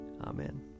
Amen